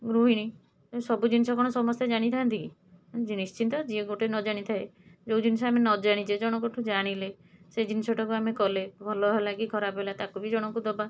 ଗୃହିଣୀ ଏମିତି ସବୁ ଜିନିଷ କ'ଣ ସମସ୍ତେ ଜାଣିଥାଆନ୍ତି କି ନିଶ୍ଚିନ୍ତ ଯିଏ ଗୋଟେ ନଜାଣିଥାଏ ଯେଉଁ ଜିନିଷ ଆମେ ନ ଜାଣିଛେ ଜଣଙ୍କଠୁ ଜାଣିଲେ ସେ ଜିନିଷଟାକୁ ଆମେ କଲେ ଭଲହେଲା କି ଖରାପ ହେଲା ତାକୁ ବି ଜଣକୁ ଦେବା